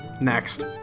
Next